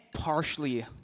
partially